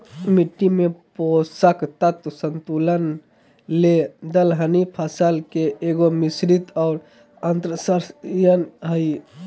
मिट्टी में पोषक तत्व संतुलन ले दलहनी फसल के एगो, मिश्रित और अन्तर्शस्ययन हइ